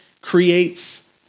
creates